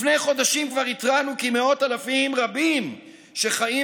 לפני חודשים כבר התרענו כי מאות אלפים רבים שחיים